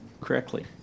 correctly